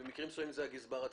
ובמקרים מסוימים זה גם הגזבר עצמו,